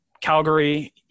Calgary